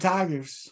Tigers